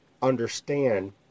understand